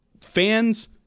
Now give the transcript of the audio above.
fans